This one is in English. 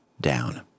down